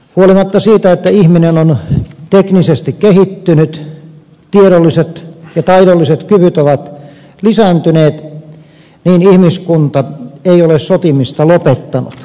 huolimatta siitä että ihminen on teknisesti kehittynyt tiedolliset ja taidolliset kyvyt ovat lisääntyneet ihmiskunta ei ole sotimista lopettanut